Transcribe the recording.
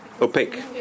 opaque